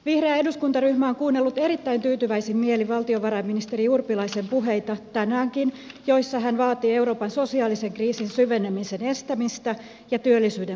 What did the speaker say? vihreä eduskuntaryhmä on kuunnellut erittäin tyytyväisin mielin valtiovarainministeri urpilaisen puheita tänäänkin joissa hän vaatii euroopan sosiaalisen kriisin syvenemisen estämistä ja työllisyyden parantamista